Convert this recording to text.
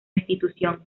institución